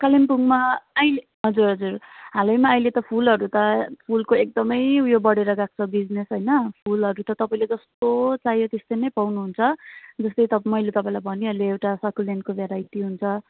कालिम्पोङमा अहिले हजुर हजुर हालैमा अहिले त फुलहरू त फुलको एकदमै उयो बढेर गएको छ बिजिनेस होइन फुलहरू त तपाईँले जस्तो चाहियो त्यस्तै नै पाउनु हुन्छ जस्तै मैले तपाईँलाई भनि हाले एउटा सकुलेन्टको भेराइटी हुन्छ